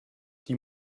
die